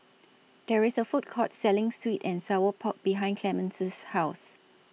There IS A Food Court Selling Sweet and Sour Pork behind Clemence's House